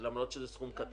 למרות שזה סכום קטן.